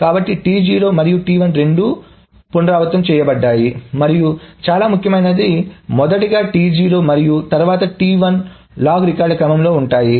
కాబట్టి T0 మరియు T1 రెండూ పునరావృతం చేయబడ్డాయి మరియు చాలా ముఖ్యమైనది మొదటగా T0 మరియు తరువాత T1 లాగ్ రికార్డుల క్రమంలో ఉంటాయి